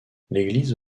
l’église